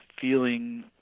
feeling